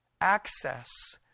access